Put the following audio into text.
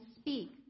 speak